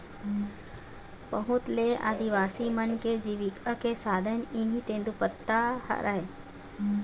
बहुत ले आदिवासी मन के जिविका के साधन इहीं तेंदूपत्ता हरय